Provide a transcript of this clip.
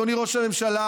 אדוני ראש הממשלה,